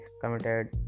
committed